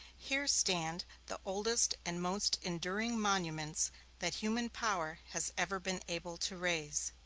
here stand the oldest and most enduring monuments that human power has ever been able to raise.